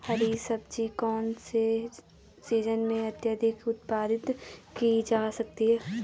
हरी सब्जी कौन से सीजन में अत्यधिक उत्पादित की जा सकती है?